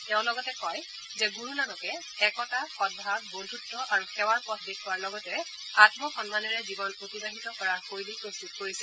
তেওঁ লগতে কয় যে গুৰুনানকে একতা সদভাৱ বন্ধূত্ব আৰু সেৱাৰ পথ দেখুওৱাৰ লগতে আমসন্মানেৰে জীৱন অতিবাহিত কৰাৰ শৈলী প্ৰস্তত কৰিছিল